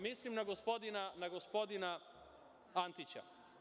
Mislim na gospodina Antića.